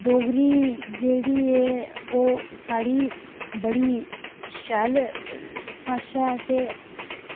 डोगरी जेह्ड़ी ऐ ओह् साढ़ी बड़ी शैल भाशा ऐ ते